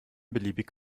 beliebig